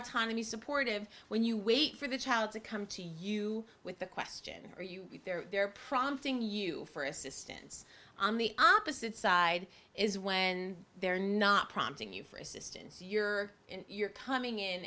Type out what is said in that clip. autonomy supportive when you wait for the child to come to you with the question are you there prompting you for assistance on the opposite side is when they're not prompting you for assistance you're in you're coming in